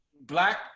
black